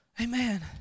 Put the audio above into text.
Amen